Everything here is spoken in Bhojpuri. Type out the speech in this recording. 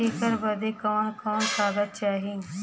ऐकर बदे कवन कवन कागज चाही?